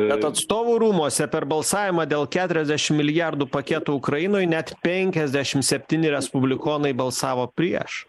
bet atstovų rūmuose per balsavimą dėl keturiasdešim milijardų paketo ukrainoj net penkiasdešim septyni respublikonai balsavo prieš